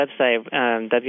website